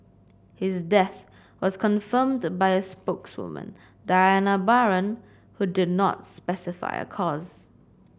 his death was confirmed by a spokeswoman Diana Baron who did not specify a cause